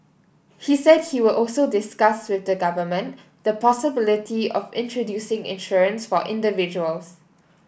he said he would also discuss with the government the possibility of introducing insurance for individuals